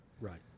Right